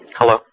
Hello